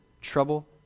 trouble